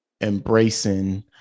embracing